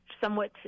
somewhat